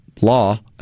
law